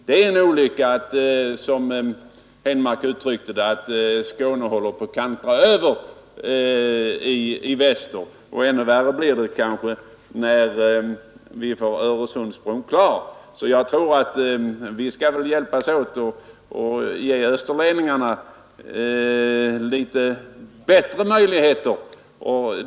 Det är en olycka att, som herr Henmark uttryckte det, Skåne håller på att kantra åt väster, och ännu värre blir det kanske när vi får Öresundsbron klar. Vi skall väl hjälpas åt att ge österleningarna litet bättre möjligheter.